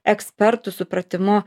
ekspertų supratimu